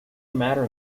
matter